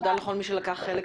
תודה רבה לכל מי שלקח חלק.